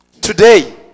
Today